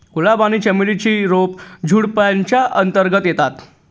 गुलाब आणि चमेली ची रोप झुडुपाच्या अंतर्गत येतात